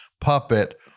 puppet